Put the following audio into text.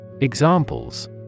Examples